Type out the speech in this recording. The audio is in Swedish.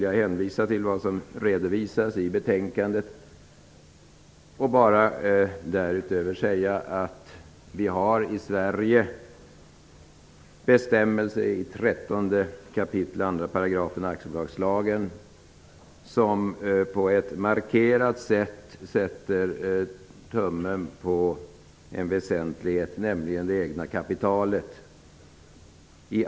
Jag hänvisar till det som sägs i betänkandet. Därutöver vill jag tillägga att vi i Sverige, i 13 kap. 2 § aktiebolagslagen, har bestämmelser som på ett markerat sätt sätter tummen på en väsentlighet, nämligen det egna kapitalet.